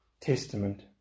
Testament